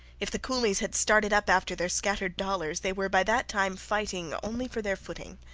if the coolies had started up after their scattered dollars they were by that time fighting only for their footing.